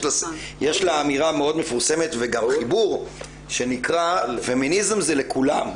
יש לה אמירה מאוד מפורסמת וגם חיבור שנקרא 'פמיניזם זה לכולם'.